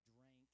drank